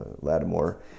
Lattimore